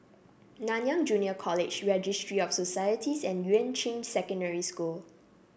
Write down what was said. Nanyang Junior College Registry of Societies and Yuan Ching Secondary School